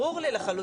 ברור לי לחלוטין,